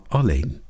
alleen